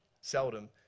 seldom